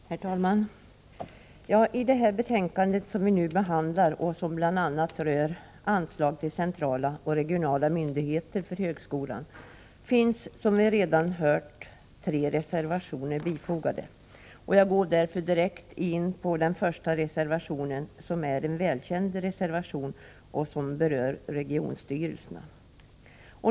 Herr talman! Till det betänkande som vi nu behandlar och som bl.a. rör anslag till centrala och regionala myndigheter för högskolan finns, som vi redan hört, tre reservationer fogade. Jag går därför direkt in på den första, som är en välkänd reservation och som berör regionstyrelserna.